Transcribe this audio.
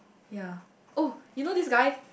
ya oh you know this guy